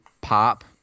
pop